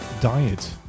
diet